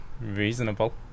reasonable